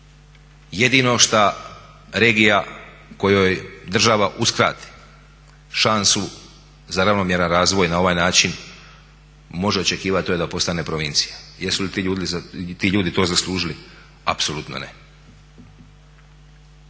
Jedino što regija kojoj država uskrati šansu za ravnomjeran razvoj na ovaj način može očekivati to je da postane provincija. Jesu li ti ljudi to zaslužili? Apsolutno ne.